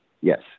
yes